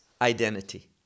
identity